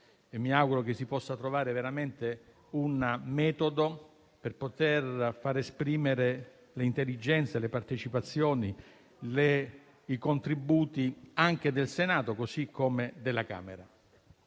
Mi auguro che davvero si possa trovare un metodo per poter far esprimere le intelligenze, la partecipazione e i contributi anche del Senato, così come della Camera